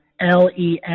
LEN